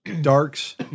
darks